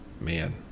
Man